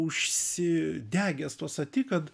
užsidegęs tuo sati kad